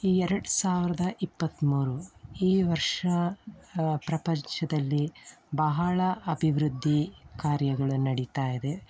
ಎರಡು ಸಾವಿರದ ಇಪ್ಪತ್ತ್ಮೂರು ಈ ವರ್ಷ ಪ್ರಪಂಚದಲ್ಲಿ ಬಹಳ ಅಭಿವೃದ್ಧಿ ಕಾರ್ಯಗಳು ನಡೀತಾ ಇದೆ